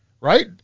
right